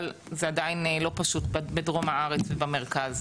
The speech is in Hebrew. אבל זה עדיין לא פשוט להביא פקחים בדרום הארץ ובמרכז.